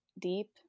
deep